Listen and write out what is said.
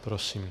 Prosím.